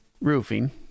Roofing